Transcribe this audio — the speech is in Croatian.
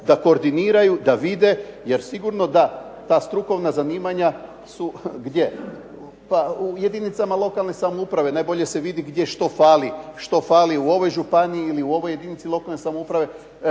da koordiniraju, da vide. Jer sigurno da ta strukovna zanimanja su gdje? Pa u jedinicama lokalne samouprave najbolje se vidi gdje što fali, što fali u ovoj županiji ili u ovoj jedinici lokalne samouprave,